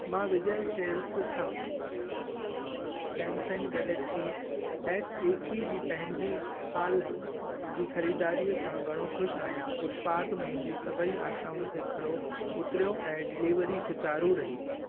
मां विजय सेल्स सां Samsung Galaxy S एक्वीह जी पंहिंजी हाल जी ख़रीदारी सां घणो ख़ुशि आहियां उत्पाद मुंहिंजी सभई आशाउनि ते खरो उतरियो ऐं डिलीवरी सुचारू रही